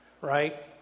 right